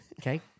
Okay